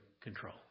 control